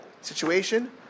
situation